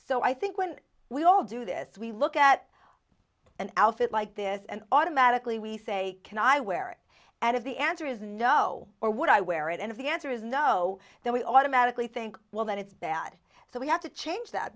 so i think when we all do this we look at an outfit like this and automatically we say can i wear it and if the answer is no or would i wear it and if the answer is no then we automatically think well then it's bad so we have to change that